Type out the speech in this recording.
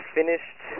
finished